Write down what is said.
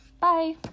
Bye